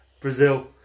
Brazil